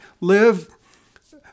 live